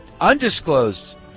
undisclosed